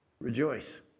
rejoice